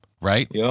Right